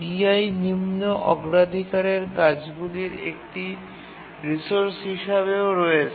bi নিম্ন অগ্রাধিকারের কাজগুলির একটি রিসোর্স হিসাবেও রয়েছে